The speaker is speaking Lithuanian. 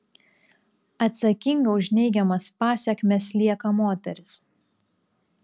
atsakinga už neigiamas pasekmes lieka moteris